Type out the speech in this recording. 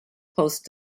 post